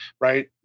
right